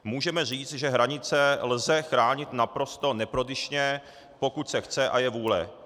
Můžeme říct, že hranice lze chránit naprosto neprodyšně, pokud se chce a je vůle.